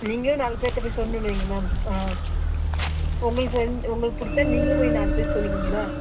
நீங்களும் நாலு பேர்ட்ட போய் சொல்லன்னு இல்லைங்க மேம் ஆ உங்களுக்கு உங்களுக்கு பிடிச்சா நீங்களும் போய் நாலு பேர் சொல்லுவீங்கள